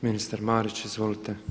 Ministar Marić izvolite.